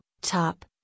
top